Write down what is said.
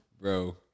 bro